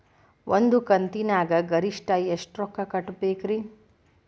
ಒಂದ್ ಕಂತಿನ್ಯಾಗ ಗರಿಷ್ಠ ಎಷ್ಟ ರೊಕ್ಕ ಕಟ್ಟಬೇಕ್ರಿ?